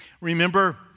Remember